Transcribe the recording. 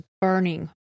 burning